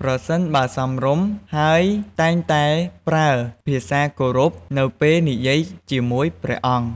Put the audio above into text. ប្រសិនបើសមរម្យ ហើយតែងតែប្រើភាសាគោរពនៅពេលនិយាយជាមួយព្រះអង្គ។